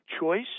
choice